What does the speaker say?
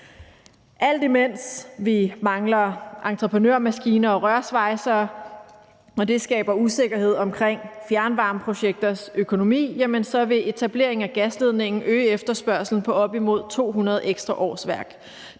Alt imens vi mangler entreprenørmaskiner og rørsvejsere, hvilket skaber usikkerhed om fjernvarmeprojekters økonomi, vil etableringen af gasledningen øge efterspørgslen på op imod 200 ekstra årsværk.